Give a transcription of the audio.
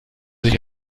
sich